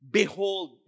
Behold